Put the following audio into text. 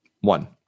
One